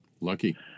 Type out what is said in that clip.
Lucky